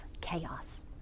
chaos